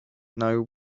know